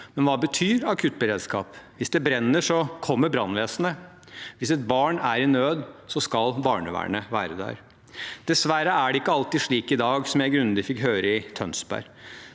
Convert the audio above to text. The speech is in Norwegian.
Men hva betyr akuttberedskap? Hvis det brenner, kommer brannvesenet. Hvis et barn er i nød, skal barnevernet være der. Dessverre er det ikke alltid slik i dag, som jeg så grundig fikk høre i Tønsberg.